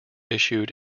issued